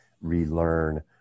relearn